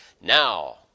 Now